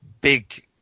big